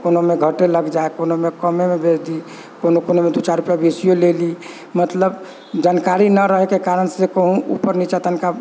तऽ कोनोमे घटे लागि जाइ कोनो कमेमे बेच दी कोनो कोनोमे दू चारि रुपैआ बेसियौ लै ली मतलब जानकारी न रहैके कारण से कहूँ ऊपर नीचा तनिका